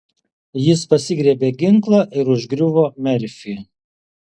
jis pasigriebė ginklą ir užgriuvo merfį